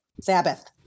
Sabbath